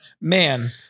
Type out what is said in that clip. man